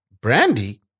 Brandy